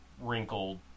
wrinkled